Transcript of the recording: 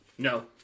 No